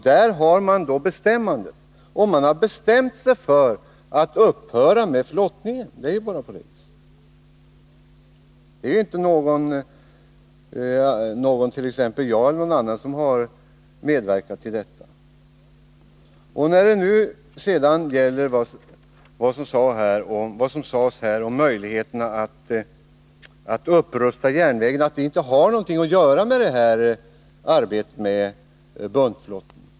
Där har man bestämmandet, och man har bestämt sig för att upphöra med flottningen. Det är bara på det viset. Det är inte vare sig jag eller någon annan som har medverkat till detta. Det sades att möjligheterna att upprusta järnvägen inte har någonting att göra med frågan om buntflottningen.